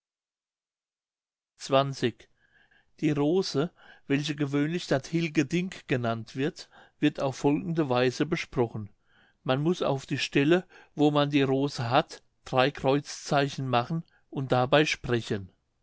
die rose welche gewöhnlich dat hilge dink genannt wird wird auf folgende weise besprochen man muß auf die stelle wo man die rose hat drei kreuzzeichen machen und dabei sprechen